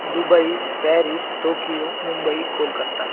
Dubai Paris Tokyo Mumbai Kolkata